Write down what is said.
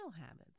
habits